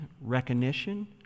recognition